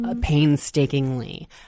painstakingly